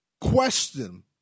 question